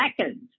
second